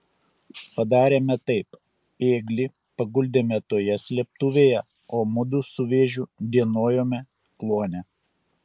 padarėme taip ėglį paguldėme toje slėptuvėje o mudu su vėžiu dienojome kluone